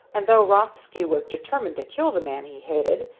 and, though rothsky was determined to kill the man he hated,